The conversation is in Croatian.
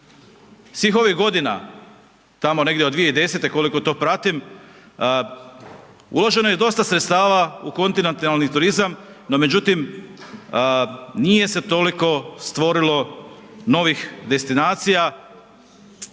Svih ovih godina, tamo negdje od 2010.g., koliko to pratim, uloženo je dosta sredstava u kontinentalni turizam, no međutim, nije se toliko stvorilo novih destinacija